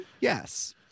yes